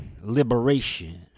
liberation